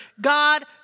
God